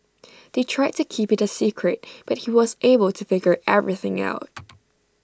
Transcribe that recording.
they tried to keep IT A secret but he was able to figure everything out